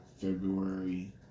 February